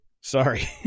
Sorry